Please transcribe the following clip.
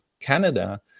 Canada